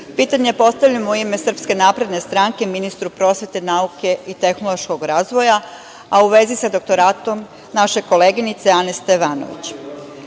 postavljam u ime Srpske napredne stranke ministru prosvete, nauke i tehnološkog razvoja, a u vezi sa doktoratom naše koleginice Ane Stevanović. Dotična